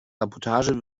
sabotage